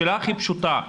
השאלה הכי פשוטה,